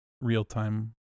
real-time